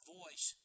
voice